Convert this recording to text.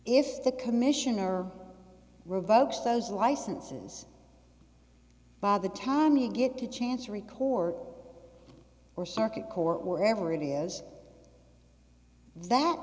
if the commissioner revokes those licenses by the time you get to chance record or circuit court whatever it is that